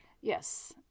Yes